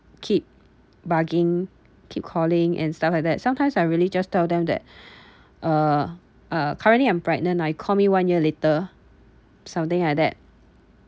keep bugging keep calling and stuff like that sometimes I really just tell them that uh uh currently I'm pregnant ah you call me one year later something like that